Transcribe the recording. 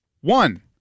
one